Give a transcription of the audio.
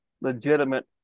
legitimate